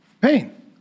pain